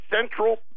central